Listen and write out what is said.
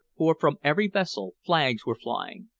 for from every vessel flags were flying,